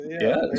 Yes